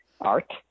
art